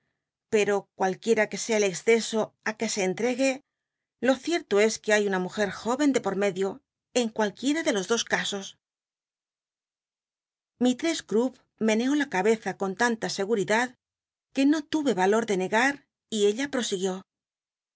pero cualquiera que sea el exceso á que se entrecn de por gue lo cierto es que hay una mujer jóy medio en cualquicra de los dos casos ilistrcss cnrpp meneó la cabeza con tanta seguure ralor de nega r y ella proridad